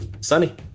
Sunny